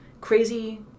crazy